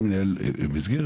אני מנהל מסגרת,